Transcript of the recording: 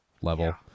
level